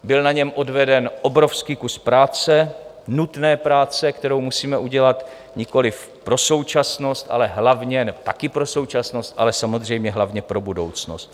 Byl na něm odveden obrovský kus práce, nutné práce, kterou musíme udělat nikoliv pro současnost, ale hlavně, nebo také, pro současnost, ale samozřejmě hlavně pro budoucnost.